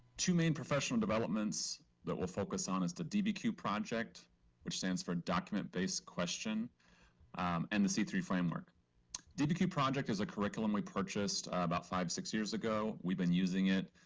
two main professional developments that we'll focus on is the dbq project which stands for document based question and the c three framework dbq project is a curriculum we purchased about five six years ago. we've been using it